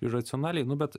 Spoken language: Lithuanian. ir racionaliai nu bet